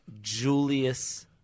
julius